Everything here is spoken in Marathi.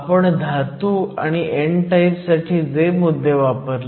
तर p बाजूची डिप्लीशन रुंदी लहान आहे